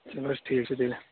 چلو حظ ٹھیٖک چھ تیٚلہِ